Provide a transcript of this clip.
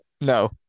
No